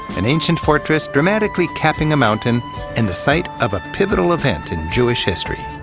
an ancient fortress dramatically capping a mountain and the site of a pivotal event in jewish history.